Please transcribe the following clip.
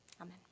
Amen